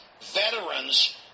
veterans